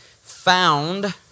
found